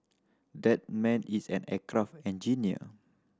that man is an aircraft engineer